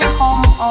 home